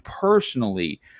personally